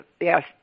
yes